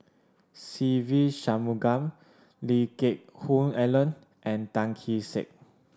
Se Ve Shanmugam Lee Geck Hoon Ellen and Tan Kee Sek